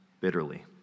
bitterly